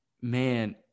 Man